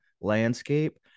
landscape